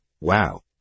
wow